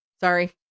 sorry